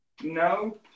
No